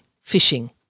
fishing